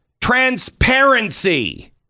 transparency